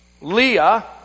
Leah